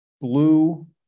blue